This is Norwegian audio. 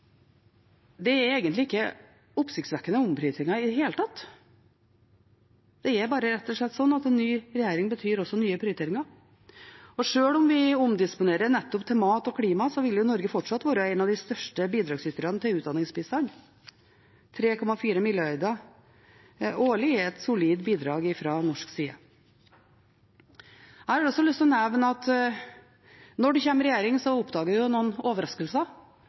Det er egentlig ikke oppsiktsvekkende omprioriteringer i det hele tatt. Det er bare rett og slett slik at en ny regjering også betyr nye prioriteringer. Sjøl om vi omdisponerer nettopp til mat og klima, vil Norge fortsatt være en av de største bidragsyterne til utdanningsbistand. 3,4 mrd. kr årlig er et solid bidrag fra norsk side. Jeg har også lyst til å nevne at når en kommer i regjering, oppdager en noen overraskelser